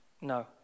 no